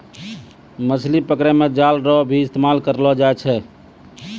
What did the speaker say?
मछली पकड़ै मे जाल रो भी इस्तेमाल करलो जाय छै